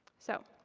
so